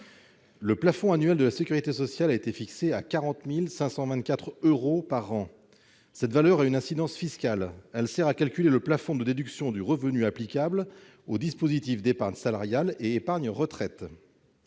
Le plafond annuel de la sécurité sociale, le PASS, a été fixé à 40 524 euros par an. Cette valeur a une incidence fiscale : elle sert à calculer le plafond de déduction du revenu applicable aux dispositifs d'épargne salariale et d'épargne retraite.